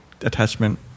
Attachment